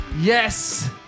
Yes